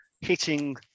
hitting